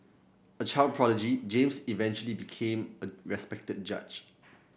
a child prodigy James eventually became a respected judge